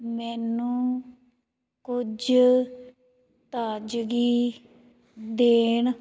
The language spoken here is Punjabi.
ਮੈਨੂੰ ਕੁੱਝ ਤਾਜਗੀ ਦੇਣ